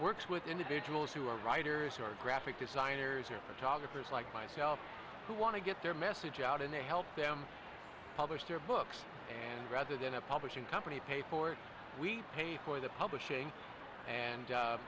works with individuals who are writers or graphic designers or photographers like myself who want to get their message out and they help them publish their books and rather than a publishing company pay for it we pay for the publishing and